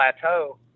plateau